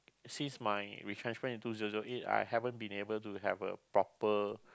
since my retrenchment in two zero zero eight I haven't been able to have a proper